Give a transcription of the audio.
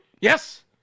yes